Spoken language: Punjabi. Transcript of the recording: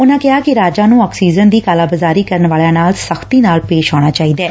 ਉਨਾਂ ਕਿਹਾ ਕਿ ਰਾਜਾਂ ਨੰ ਆਕਸੀਜਨ ਦੀ ਕਾਲਾਬਾਜ਼ਾਰੀ ਕਰਨ ਵਾਲਿਆਂ ਨਾਲ ਸਖ਼ਤੀ ਨਾਲ ਪੇਸ਼ ਆਉਣਾ ਚਾਹੀਦੈ